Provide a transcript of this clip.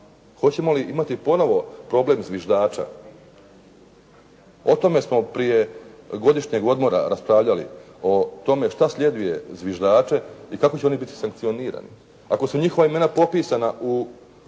Hoćemo li imati ponovo problem zviždača? O tome smo prije godišnjeg odmora raspravljali? O tome šta sljeduje zviždače i kako će oni biti sankcionirani. Ako su njihova imena popisana u